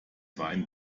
wein